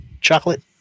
chocolate